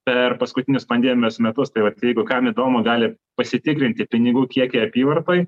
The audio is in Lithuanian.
per paskutinius pandemijos metus tai vat jeigu kam įdomu gali pasitikrinti pinigų kiekį apyvartoj